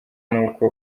nuko